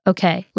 Okay